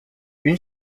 une